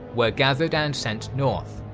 were gathered and sent north,